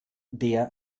der